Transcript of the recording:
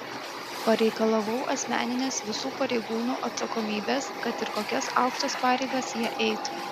pareikalavau asmeninės visų pareigūnų atsakomybės kad ir kokias aukštas pareigas jie eitų